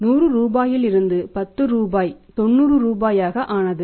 100 ரூபாயில் இருந்து 10 ரூபாய் 90 ரூபாயாக ஆனது